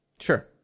Sure